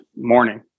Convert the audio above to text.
morning